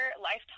lifetime